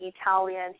Italian